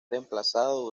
reemplazado